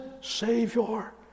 Savior